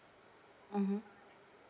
mmhmm